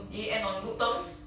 did it end on good terms